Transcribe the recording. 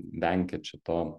venkit šito